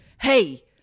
hey